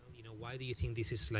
you know why do you think this is